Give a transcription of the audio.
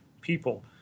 people